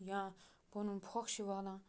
یا پَنُن پھوکھ چھِ والان